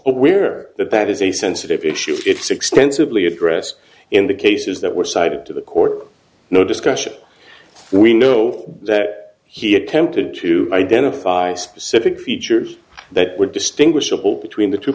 aware that that is a sensitive issue it's extensively address in the cases that were cited to the court no discussion we know that he attempted to identify specific features that were distinguishable between the two